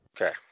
Okay